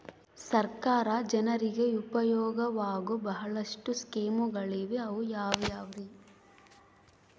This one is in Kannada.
ಸರ್ಕಾರ ಜನರಿಗೆ ಉಪಯೋಗವಾಗೋ ಬಹಳಷ್ಟು ಸ್ಕೇಮುಗಳಿವೆ ಅವು ಯಾವ್ಯಾವ್ರಿ?